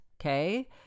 Okay